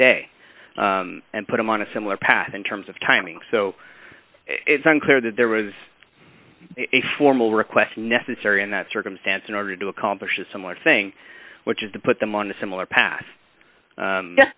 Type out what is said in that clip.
day and put them on a similar path in terms of timing so it's unclear that there was a formal request necessary in that circumstance in order to accomplish a similar thing which is to put them on a similar pa